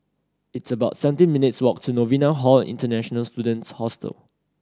it's about seventeen minutes' walk to Novena Hall International Students Hostel